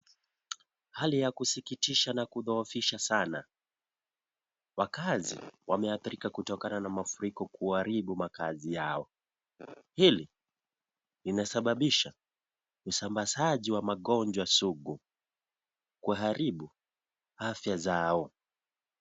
Hali ya kusikitisha na kudhoofisha sana, wakaazi wameadhirika kutokana na mafuriko kuharibu makaazi yao. Hili linasababisha usambazaji wa magonjwa sugu kuharibu afya zao.